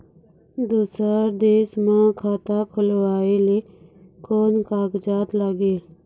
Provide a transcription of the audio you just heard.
दूसर देश मा खाता खोलवाए ले कोन कागजात लागेल?